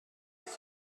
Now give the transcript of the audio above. das